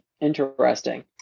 Interesting